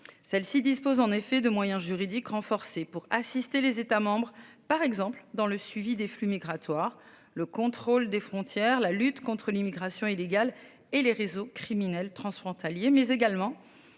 Celle-ci dispose en effet de moyens juridiques renforcée pour assister les États membres par exemple dans le suivi des flux migratoires. Le contrôle des frontières, la lutte contre l'immigration illégale et les réseaux criminels transfrontaliers mais également